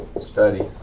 study